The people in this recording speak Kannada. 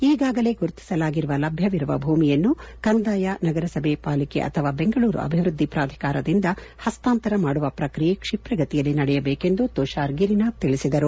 ಈಗಾಗಲೇ ಗುರುತಿಸಲಾಗಿರುವ ಲಭ್ಯವಿರುವ ಭೂಮಿಯನ್ನು ಕಂದಾಯ ನಗರಸಭೆ ಪಾಲಿಕೆ ಅಥವಾ ಬೆಂಗಳೂರು ಅಭಿವೃದ್ದಿ ಪ್ರಾಧಿಕಾರದಿಂದ ಹಸ್ತಾಂತರ ಮಾಡುವ ಪ್ರಕ್ರಿಯೆ ಕ್ಷಿಪ್ರಗತಿಯಲ್ಲಿ ನಡೆಯಬೇಕು ತುಷಾರ್ ಗಿರಿನಾಥ್ ತಿಳಿಸಿದರು